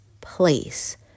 place